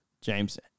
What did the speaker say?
James